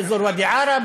באזור ואדי-עארה,